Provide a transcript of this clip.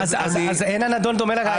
אין הנדון דומה לראיה.